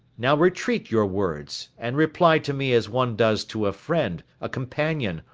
now retreat your words, and reply to me as one does to a friend, a companion,